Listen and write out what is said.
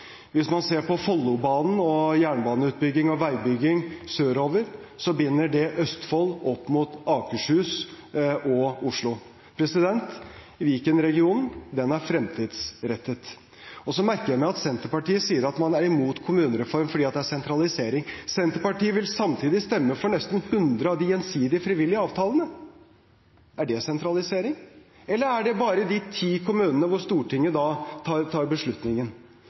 Hvis man ser på Follobanen og jernbaneutbygging og veibygging sørover, ser man at det binder Østfold opp mot Akershus og Oslo. Viken-regionen er fremtidsrettet. Jeg merker meg at Senterpartiet sier at de er imot kommunereform fordi det er sentralisering. Senterpartiet vil samtidig stemme for nesten 100 av de gjensidig frivillige avtalene. Er det sentralisering – eller er det bare når det gjelder de ti kommunene hvor Stortinget tar beslutningen?